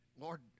Lord